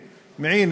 מעין,